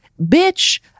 Bitch